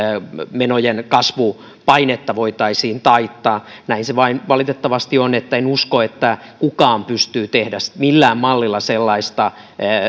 menojen kasvupainetta voitaisiin taittaa näin se vain valitettavasti on että en usko että kukaan pystyy tekemään millään mallilla sellaista